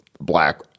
black